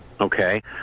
okay